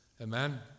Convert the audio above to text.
Amen